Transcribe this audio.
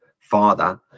father